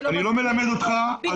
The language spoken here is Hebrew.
אני לא מלמד אותך, אז אל תעיר לי.